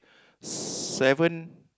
seven